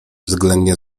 względnie